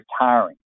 retiring